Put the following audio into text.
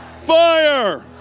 Fire